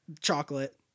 chocolate